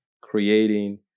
creating